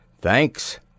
Thanks